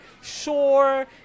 sure